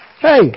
Hey